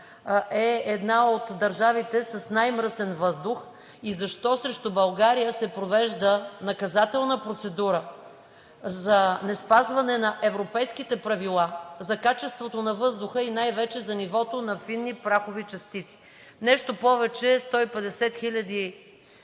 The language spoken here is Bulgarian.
е една от държавите с най-мръсен въздух и защо срещу България се провежда наказателна процедура за неспазване на европейските правила за качеството на въздуха и най-вече за нивото на фини прахови частици. Нещо повече, 150 хил.